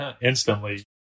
instantly